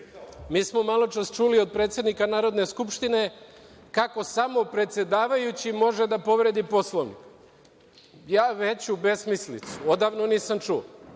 smo maločas čuli od predsednika Narodne skupštine kako samo predsedavajući može da povredi Poslovnik. Ja veću besmislicu odavno nisam čuo.